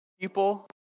people